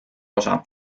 osa